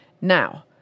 Now